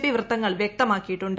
P വൃത്തങ്ങൾ വ്യക്തമാക്കിയിട്ടുണ്ട്